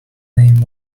name